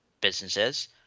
businesses